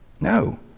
No